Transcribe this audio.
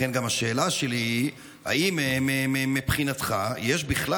לכן השאלה שלי היא אם מבחינתך יש בכלל